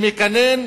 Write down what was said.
שמקנן